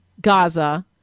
Gaza